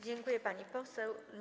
Dziękuję, pani poseł.